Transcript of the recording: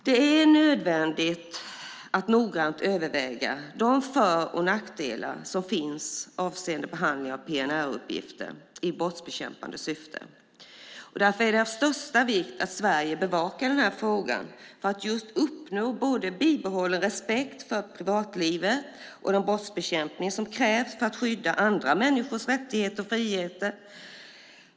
Det är nödvändigt att noggrant överväga de för och nackdelar som finns avseende behandling av PNR-uppgifter i brottsbekämpande syfte. Därför är det av största vikt att Sverige bevakar denna fråga. Det handlar om att uppnå och bibehålla respekt för både privatlivet och den brottsbekämpning som krävs för att skydda andra människors rättigheter och friheter.